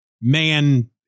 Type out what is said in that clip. man